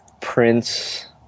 Prince